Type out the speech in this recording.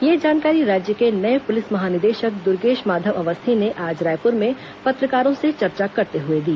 यह जानकारी राज्य के नये पुलिस महानिदेशक दुर्गेश माधव अवस्थी ने आज रायपुर में पत्रकारों से चर्चा करते हुए दी